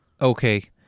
okay